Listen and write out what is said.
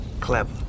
Clever